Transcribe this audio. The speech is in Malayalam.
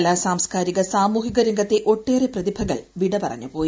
കലാ സാംസ്കാരിക സാമൂഹിക രംഗത്തെ ഒട്ടേറെ പ്രതിഭകൾ വിട പറഞ്ഞു പോയി